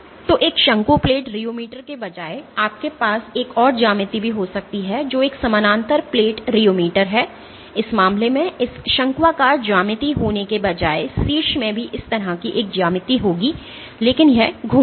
तो एक शंकु प्लेट रियोमीटर के बजाय आपके पास एक और ज्यामिति भी हो सकती है जो एक समानांतर प्लेट रियोमीटर है इस मामले में इस शंक्वाकार ज्यामिति होने के बजाय शीर्ष में भी इस तरह की एक ज्यामिति होगी लेकिन यह घूमेगा